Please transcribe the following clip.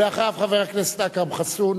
אחריו, חבר הכנסת אכרם חסון.